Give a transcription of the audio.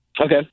okay